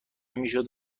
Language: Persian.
میشد